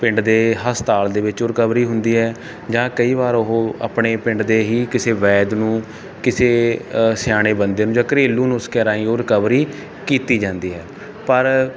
ਪਿੰਡ ਦੇ ਹਸਪਤਾਲ ਦੇ ਵਿੱਚ ਉਹ ਰਿਕਵਰੀ ਹੁੰਦੀ ਹੈ ਜਾਂ ਕਈ ਵਾਰ ਉਹ ਆਪਣੇ ਪਿੰਡ ਦੇ ਹੀ ਕਿਸੇ ਵੈਦ ਨੂੰ ਕਿਸੇ ਸਿਆਣੇ ਬੰਦੇ ਨੂੰ ਜਾਂ ਘਰੇਲੂ ਨੁਸਕਿਆਂ ਰਾਹੀਂ ਉਹ ਰਿਕਵਰੀ ਕੀਤੀ ਜਾਂਦੀ ਹੈ ਪਰ